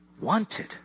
wanted